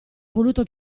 voluto